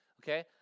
okay